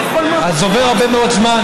עובר הרבה מאוד זמן.